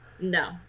No